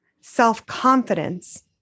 self-confidence